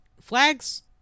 Flags